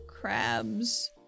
crabs